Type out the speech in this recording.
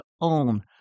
own